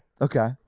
Okay